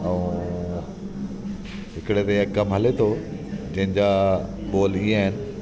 ऐं हिकिड़े ते कमु हले थो जंहिंजा बोल ईअं आहिनि